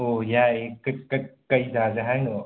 ꯑꯣ ꯍꯥꯏꯌꯦ ꯀꯔꯤ ꯀꯔꯤ ꯆꯥꯁꯦ ꯍꯥꯏꯅꯣ